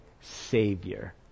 Savior